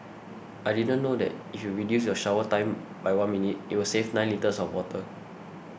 I didn't know that if you reduce your shower time by one minute it will save nine litres of water